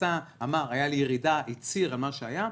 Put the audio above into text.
אמר והצהיר על מה שהיה.